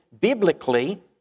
biblically